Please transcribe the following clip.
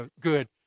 good